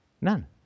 None